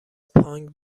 پانگ